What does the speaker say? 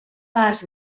parts